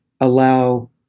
allow